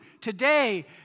today